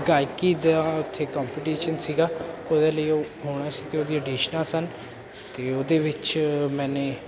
ਗਾਇਕੀ ਦਾ ਉੱਥੇ ਕੰਪਟੀਸ਼ਨ ਸੀਗਾ ਉਹਦੇ ਲਈ ਉਹ ਗਾਉਣਾ ਸੀ ਅਤੇ ਉਹਦੀ ਔਡੀਸ਼ਨਾਂ ਸਨ ਅਤੇ ਉਹਦੇ ਵਿੱਚ ਮੈਨੇ